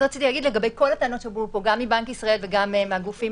רציתי להגיד לגבי כל הטענות שעלו פה גם מבנק ישראל וגם מהגופים